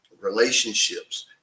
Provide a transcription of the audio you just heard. Relationships